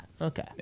okay